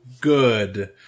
good